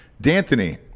D'Anthony